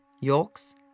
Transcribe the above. Yorks